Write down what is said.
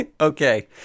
Okay